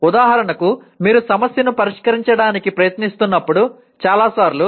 ఉదాహరణకు మీరు సమస్యను పరిష్కరించడానికి ప్రయత్నిస్తున్నప్పుడు చాలాసార్లు